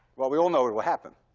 well, we all know what will happen.